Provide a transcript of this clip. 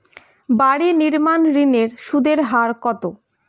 বাড়ি নির্মাণ ঋণের সুদের হার কত?